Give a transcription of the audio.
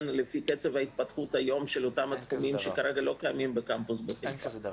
לפי קצב ההתפתחות היום של אותם התחומים שכרגע לא קיימים בקמפוס בחיפה.